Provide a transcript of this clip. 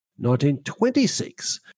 1926